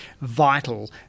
vital